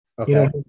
Okay